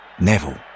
Neville